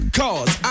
cause